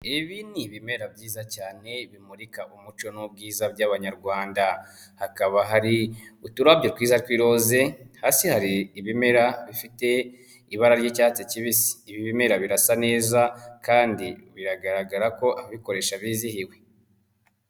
Ibi ni ibimera byiza cyane bimurika umucyo n'ubwiza by'abanyarwanda, hakaba hari uturabyo twiza tw'iroze, hari ibimera bifite ibara ry'icyatsi kibisi, ibi bimera birasa neza kandi biragaragara ko ababikoresha bizihiwe.